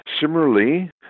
similarly